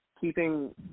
keeping